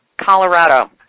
Colorado